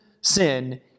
sin